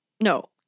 No